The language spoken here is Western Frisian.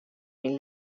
myn